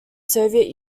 soviet